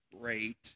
great